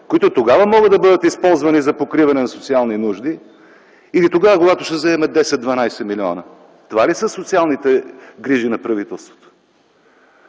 които тогава могат да бъдат използвани за покриване на социални нужди, или когато ще вземем 10-12 милиона?! Това ли са социалните грижи на правителството?